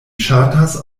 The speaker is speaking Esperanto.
ŝatas